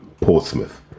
Portsmouth